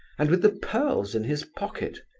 and with the pearls in his pocket,